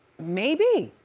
maybe?